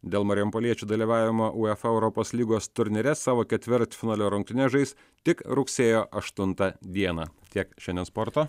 dėl marijampoliečių dalyvavimo uefa europos lygos turnyre savo ketvirtfinalio rungtynes žais tik rugsėjo aštuntą dieną tiek šiandien sporto